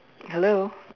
hello